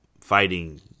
fighting